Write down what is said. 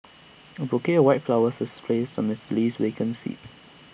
A bouquet white flowers was placed on Mister Lee's vacant seat